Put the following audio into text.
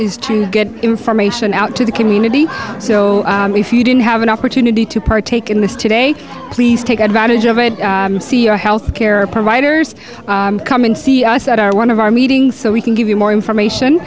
is to get information out to the community so if you didn't have an opportunity to partake in this today please take advantage of it see your health care providers come and see us at our one of our meetings so we can give you more information